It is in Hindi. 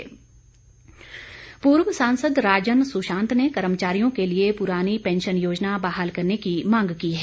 राजन सुशांत पूर्व सांसद राजन सुशांत ने कर्मचारियों के लिए पुरानी पैंशन योजना बहाल करने की मांग की है